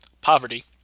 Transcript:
poverty